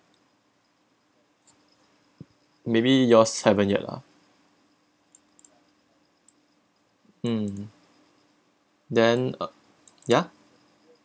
maybe yours seven year lah mm then uh ya